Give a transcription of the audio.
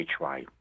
HY